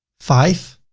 five